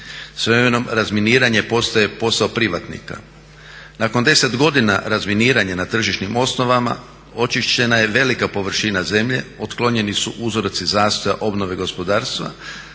S vremenom razminiranje postaje posao privatnika. Nakon 10 godina razminiranja na tržišnim osnovama očišćena je velika površina zemlje, otklonjeni su uzroci zastoja obnove gospodarstva,